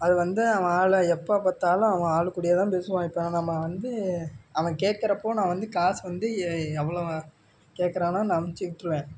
அது வந்து அவன் ஆளை எப்போ பார்த்தாலும் அவன் ஆள் கூடயேதான் பேசுவான் இப்போ நம்ம வந்து அவன் கேக்கிறப்போ நான் வந்து காசு வந்து எவ்வளோ கேக்கிறானோ நான் அனுப்பிச்சி விட்டுருவேன்